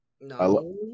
No